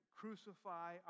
crucify